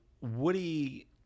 woody